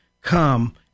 come